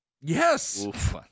Yes